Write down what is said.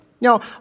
Now